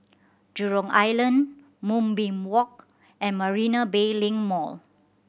Jurong Island Moonbeam Walk and Marina Bay Link Mall